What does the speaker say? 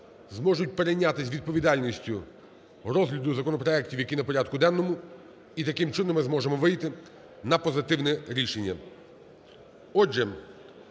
зможуть перейнятись відповідальністю розгляду законопроектів, які на порядку денному і таким чином ми зможемо вийти на позитивне рішення.